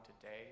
today